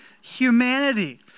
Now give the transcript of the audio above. humanity